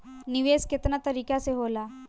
निवेस केतना तरीका के होला?